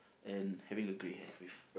and having a grey hair with